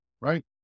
right